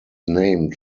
named